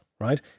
Right